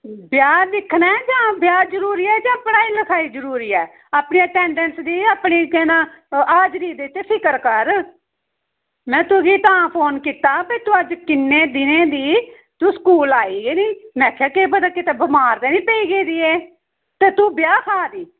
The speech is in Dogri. ब्याह् दिक्खना ऐ जां ब्याह् जरूरी ऐ जां पढ़ाई लिखाई जरूरी ऐ अपनी अटेंडेंस दिक्ख अपनी हाजरी दिक्ख इसी फिकर कर में तुगी तां फोन कीता की तूं अज्ज किन्ने दिनें दी तूं स्कूल आई गै नेईं अच्छा केह् पता कुदै बमार ते निं पेई गेदी ऐं ते तू ब्याह् खाद्धी